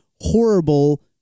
horrible